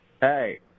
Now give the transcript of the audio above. hey